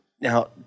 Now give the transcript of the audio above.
now